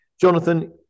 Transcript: Jonathan